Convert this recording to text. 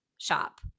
shop